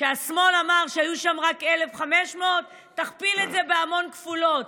שהשמאל אמר שהיו שם רק 1,500. תכפיל את זה בהמון כפולות.